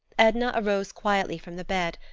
edna arose quietly from the bed,